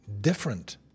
Different